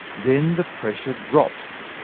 then the pressure drops.